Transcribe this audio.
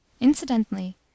Incidentally